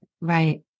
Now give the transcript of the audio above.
Right